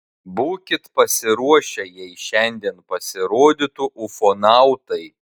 būkit pasiruošę jei šiandien pasirodytų ufonautai